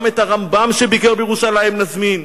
גם את הרמב"ם, שביקר בירושלים, נזמין.